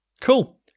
cool